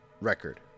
record